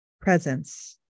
presence